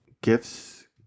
Gifts